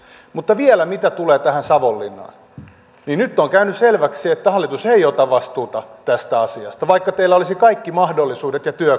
mutta vielä mitä tulee tähän savonlinnaan niin nyt on käynyt selväksi että hallitus ei ota vastuuta tästä asiasta vaikka teillä olisi kaikki mahdollisuudet ja työkalut